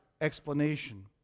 explanation